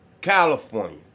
California